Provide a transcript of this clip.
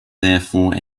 therefore